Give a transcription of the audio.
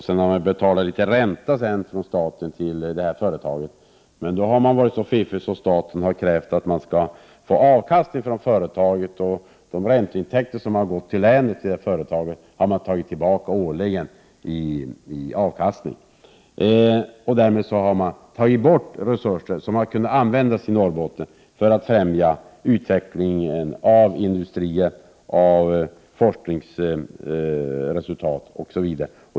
Sedan har man betalat litet ränta ifrån staten till företaget. Man har då varit så fiffig att staten har krävt att få avkastning från företaget. De ränteintäkter i företaget som har gått till länet har man tagit tillbaka årligen i form av avkastning. Därmed har man tagit bort resurser som hade kunnat användas i Norrbotten för att främja utvecklingen av industrin och forskningen osv.